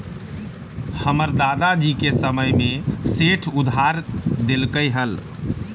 हमर दादा जी के समय में सेठ उधार देलकइ हल